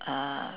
uh